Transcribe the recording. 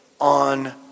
on